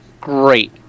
great